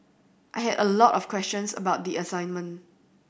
I had a lot of questions about the assignment